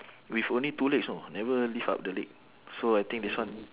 with only two legs know never lift up the leg so I think this one